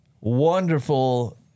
wonderful